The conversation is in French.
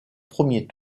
premier